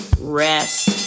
rest